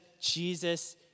Jesus